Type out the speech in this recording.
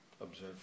observe